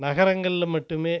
நகரங்களில் மட்டுமே